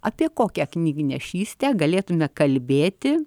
apie kokią knygnešystę galėtume kalbėti